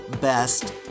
Best